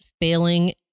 failing